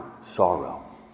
sorrow